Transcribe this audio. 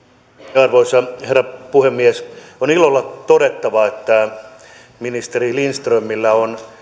arvoisa herra puhemies on ilolla todettava että ministeri lindströmillä on